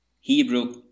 Hebrew